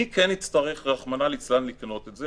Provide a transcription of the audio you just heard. מי כן יצטרך, רחמנא ליצלן, לקנות את זה?